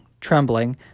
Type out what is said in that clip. trembling